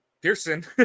Pearson